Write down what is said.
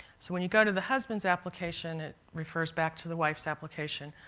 so when you go to the husband's application it refers back to the wife's application.